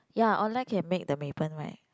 ya online can make the maypen right